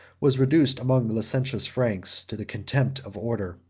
was reduced, among the licentious franks, to the contempt of order,